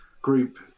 Group